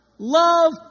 love